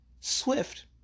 SWIFT